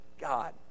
God